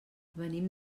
venim